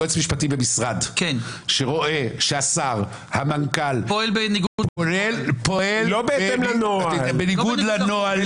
יועץ משפטי במשרד שרואה שהשר או המנכ"ל פועל בניגוד לנהלים,